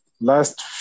Last